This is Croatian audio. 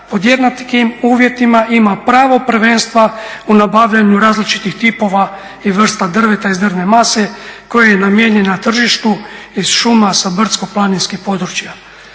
pod jednakim uvjetima ima pravo prvenstva u nabavljanju različitih tipova i vrsta drveta iz drvne mase koja je namijenjena tržištu iz šuma sa brdsko-planinskih područja.